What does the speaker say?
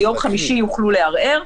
ביום חמישי יוכלו לערער,